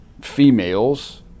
females